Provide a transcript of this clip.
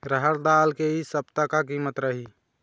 रहड़ दाल के इ सप्ता का कीमत रही?